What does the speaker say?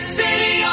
city